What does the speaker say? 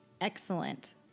Excellent